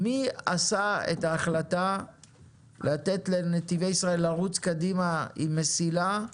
מי קיבל את ההחלטה לרוץ קדימה עם מסילה,